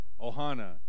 ohana